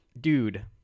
Dude